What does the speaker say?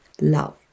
love